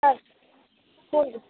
ಹಾಂ ಹ್ಞೂ ರಿ